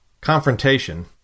confrontation